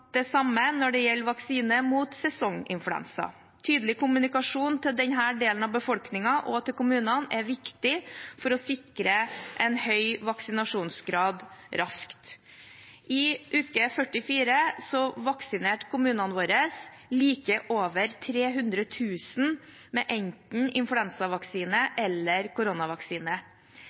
det samme når det gjelder vaksine mot sesonginfluensa. Tydelig kommunikasjon til denne delen av befolkningen og til kommunene er viktig for å sikre en høy vaksineringsgrad raskt. I uke 44 vaksinerte kommunene våre like over 300 000 personer med enten influensavaksine eller koronavaksine.